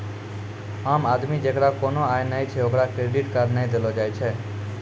आम आदमी जेकरा कोनो आय नै छै ओकरा क्रेडिट कार्ड नै देलो जाय छै